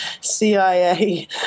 CIA